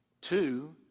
Two